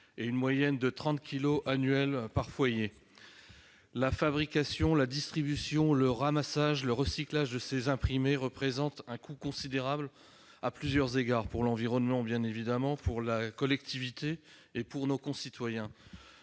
et une moyenne de 30 kilos annuels par foyer. La fabrication, la distribution, le ramassage et le recyclage de ces imprimés représentent un coût considérable, pour l'environnement, bien évidemment, mais aussi pour la collectivité et pour nos concitoyens.